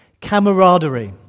Camaraderie